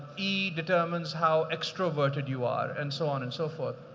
e determines how extroverted you are, and so on and so forth.